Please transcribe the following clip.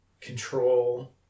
control